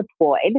deployed